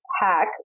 hack